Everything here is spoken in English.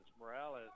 Morales